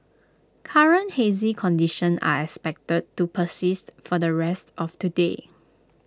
current hazy conditions are expected to persist for the rest of today